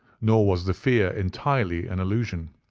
nor was the fear entirely an illusion,